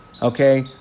Okay